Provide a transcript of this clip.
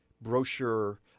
brochure